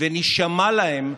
ונישמע להם,